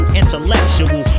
intellectual